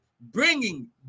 bringing